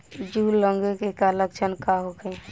जूं लगे के का लक्षण का होखे?